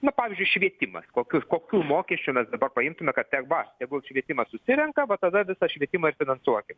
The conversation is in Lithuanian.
na pavyzdžiui švietimas kokius kokių mokesčių mes dabar paimtume kad tą va tegu švietimas susirenka va tada visą švietimą ir finansuokim